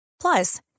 Plus